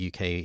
UK